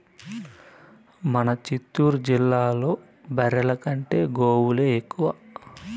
మన చిత్తూరు జిల్లాలో బర్రెల కంటే గోవులే ఎక్కువ